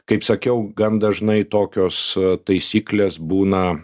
kaip sakiau gan dažnai tokios taisyklės būna